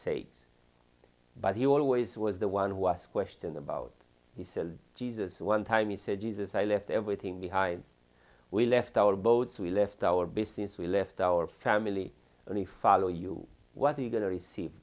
sake but he always was the one who was questioned about he says jesus one time he said jesus i left everything behind we left our boats we left our business we left our family only follow you what are you going to receive